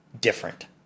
different